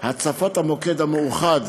הצפת המוקד המאוחד